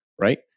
right